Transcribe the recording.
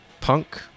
punk